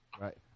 right